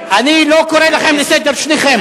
אני לא קורא לכם לסדר שניכם.